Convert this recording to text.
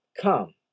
come